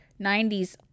90s